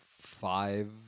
Five